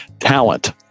talent